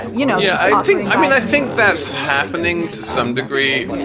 you know yeah, i think i mean, i think that's happening to some degree.